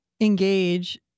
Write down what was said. engage